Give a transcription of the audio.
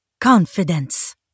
confidence